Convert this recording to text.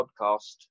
podcast